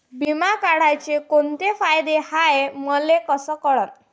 बिमा काढाचे कोंते फायदे हाय मले कस कळन?